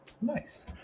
Nice